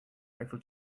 eiffel